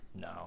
No